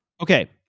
Okay